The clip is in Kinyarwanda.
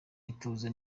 ituze